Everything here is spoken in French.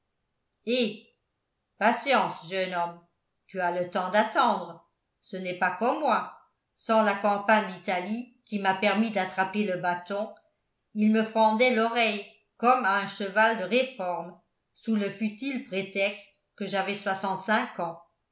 eh patience jeune homme tu as le temps d'attendre ce n'est pas comme moi sans la campagne d'italie qui m'a permis d'attraper le bâton ils me fendaient l'oreille comme à un cheval de réforme sous le futile prétexte que j'avais soixante-cinq ans